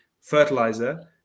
fertilizer